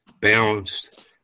balanced